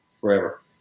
forever